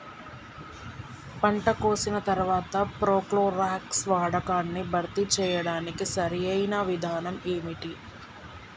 పంట కోసిన తర్వాత ప్రోక్లోరాక్స్ వాడకాన్ని భర్తీ చేయడానికి సరియైన విధానం ఏమిటి?